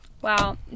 Wow